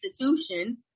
institution